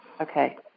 Okay